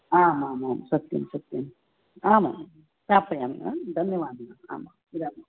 आमामां सत्यं सत्यम् आमां स्थापयामि हा धन्यवादः आं मिलामि